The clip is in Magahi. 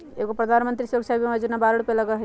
एगो प्रधानमंत्री सुरक्षा बीमा योजना है बारह रु लगहई?